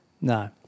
No